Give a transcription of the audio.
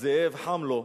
הזאב חם לו,